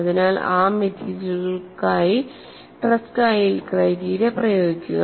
അതിനാൽ ആ മെറ്റീരിയലുകൾക്കായി ട്രെസ്ക യീൽഡ് ക്രൈറ്റീരിയ പ്രയോഗിക്കുക